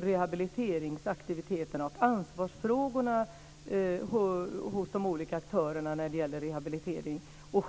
rehabiliteringsaktiviteterna och ansvarsfrågorna hos de olika aktörerna på rehabiliteringsområdet.